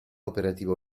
operativo